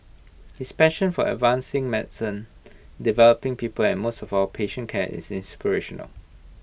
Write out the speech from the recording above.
his passion for advancing medicine developing people and most of all patient care is inspirational